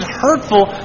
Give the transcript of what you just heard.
hurtful